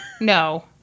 No